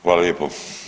Hvala lijepo.